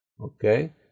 Okay